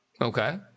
Okay